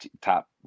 top